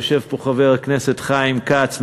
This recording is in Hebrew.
יושב פה חבר הכנסת חיים כץ,